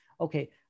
okay